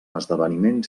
esdeveniments